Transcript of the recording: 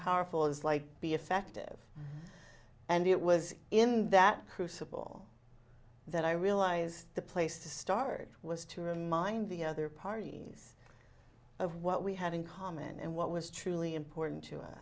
powerful is like be effective and it was in that crucible that i realized the place to start was to remind the other parties of what we had in common and what was truly important to us